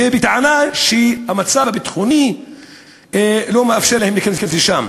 בטענה שהמצב הביטחוני לא מאפשר להם להיכנס לשם.